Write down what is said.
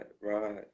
right